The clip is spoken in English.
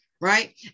Right